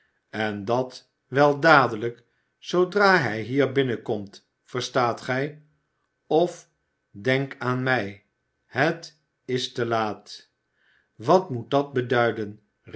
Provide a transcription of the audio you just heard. en dat wel dadelijk zoodra hij hier binnenkomt verstaat gij of denk aan mij het is te laat wat moet dat beduiden